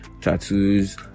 tattoos